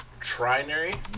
Trinary